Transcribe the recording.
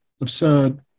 absurd